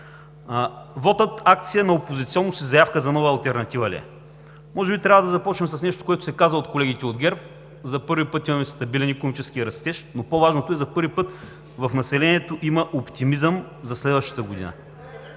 Вотът, акция на опозиционност и заявка за нова алтернатива ли е? Може би трябва да започнем с нещо, което се каза от колегите от ГЕРБ? – За първи път имаме стабилен икономически растеж, но по-важното е, че за първи път в населението има оптимизъм за следващата година.